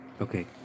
Okay